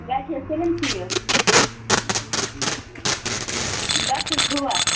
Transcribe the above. گرِ چھِیا سٲلِم ٹھیٖک بس حَظ دُعا